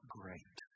great